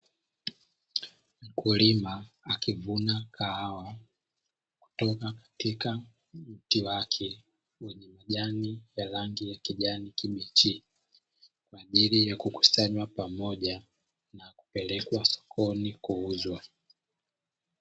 Mkulima akivuna kahawa, kutoka katika mti wake wenye majani yenye rangi ya kijani kibichi, ili yakukusanywa pamoja na kupelekwa sokoni kuuzwa.